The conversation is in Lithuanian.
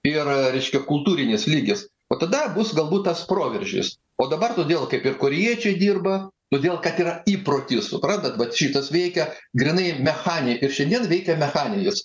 ir reiškia kultūrinis lygis o tada bus galbūt tas proveržis o dabar todėl kaip ir korėjiečiai dirba todėl kad yra įprotis suprantat vat šitas veikia grynai mechaniniai kaip šiandien veikia mechaninis